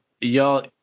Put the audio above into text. y'all